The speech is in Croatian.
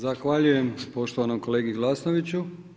Zahvaljujem poštovanom kolegi Glasnoviću.